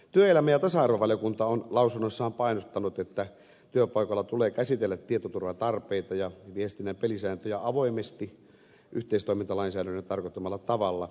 työelämä ja tasa arvovaliokunta on lausunnossaan painottanut että työpaikoilla tulee käsitellä tietoturvatarpeita ja viestinnän pelisääntöjä avoimesti yhteistoimintalainsäädännön tarkoittamalla tavalla